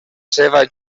seva